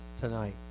tonight